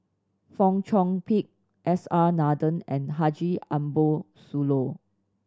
Fong Chong Pik S R Nathan and Haji Ambo Sooloh